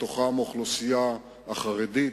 בתוכן האוכלוסייה החרדית,